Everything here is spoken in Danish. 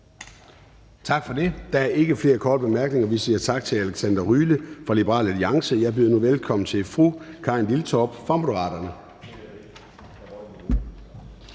Tak for det. Der er ikke flere korte bemærkninger. Vi siger tak til hr. Alexander Ryle fra Liberal Alliance. Jeg byder nu velkommen til fru Karin Liltorp fra Moderaterne.